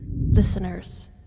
Listeners